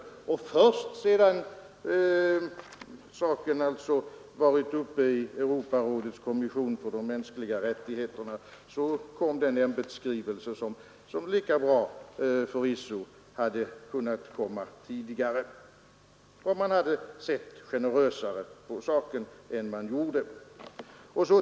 Först sedan saken varit uppe i Europarådets konvention för de mänskliga rättigheterna tillkom den ämbetsskrivelse som, förvisso lika bra, hade kunnat komma tidigare, om man hade sett mera generöst på saken.